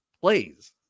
plays